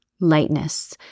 lightness